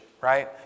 right